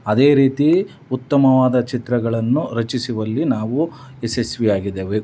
ಅದೇ ರೀತಿ ಉತ್ತಮವಾದ ಚಿತ್ರಗಳನ್ನು ರಚಿಸುವಲ್ಲಿ ನಾವು ಯಶಸ್ವಿಯಾಗಿದ್ದೇವೆ